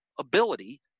ability